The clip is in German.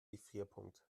gefrierpunkt